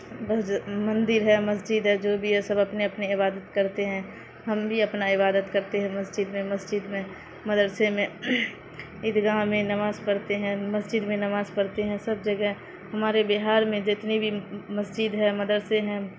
بس جو مندر ہے مسجد ہے جو بھی ہے سب اپنے اپنے عبادت کرتے ہیں ہم بھی اپنا عبادت کرتے ہیں مسجد میں مسجد میں مدرسے میں عیدگاہ میں نماز پڑھتے ہیں مسجد میں نماز پڑھتے ہیں سب جگہ ہمارے بہار میں جتنی بھی مسجد ہے مدرسے ہیں